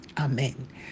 amen